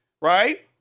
right